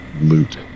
loot